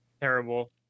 Terrible